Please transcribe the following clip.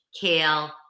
Kale